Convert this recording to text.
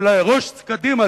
שלראש קדימה,